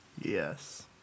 Yes